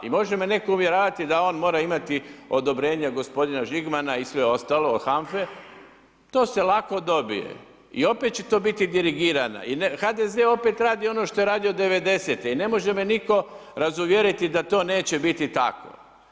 I može me neko uvjeravati da on mora imati odobrenje gospodina Žigmana i sve ostalo od HAMFE, to se lako dobije i opet će to biti dirigirana i HDZ opet radi ono što je radi ono što je radio '90. i ne može me nitko razuvjeriti da to neće biti tako.